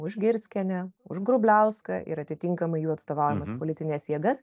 už girskienę už grubliauską ir atitinkamai jų atstovaujamas politines jėgas